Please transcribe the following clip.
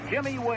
Jimmy